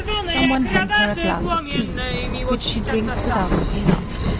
some one hands her a glass of tea which she drinks without looking up.